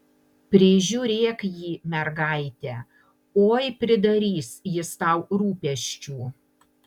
prižiūrėk jį mergaite oi pridarys jis tau rūpesčių